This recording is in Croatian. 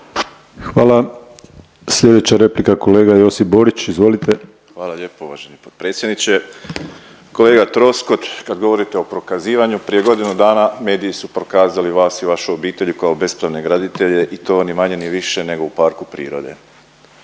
Hvala. Sljedeća replika kolega Josip Borić. Izvolite. **Borić, Josip (HDZ)** Hvala lijepo uvaženi potpredsjedniče. Kolega Troskot kad govorite o prokazivanju prije godinu dana mediji su prokazali vas i vašu obitelj kao bespravne graditelje i to ni manje ni više nego u parku prirode.